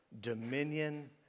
dominion